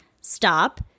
Stop